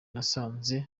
nasanze